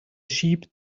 sheep